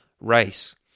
race